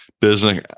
business